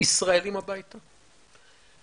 ישראלים הביתה,